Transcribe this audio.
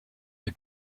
the